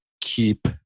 keep